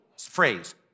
phrase